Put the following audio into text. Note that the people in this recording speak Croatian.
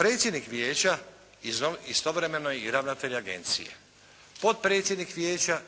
predsjednik vijeća istovremeno je i ravnatelj agencije. Potpredsjednik vijeća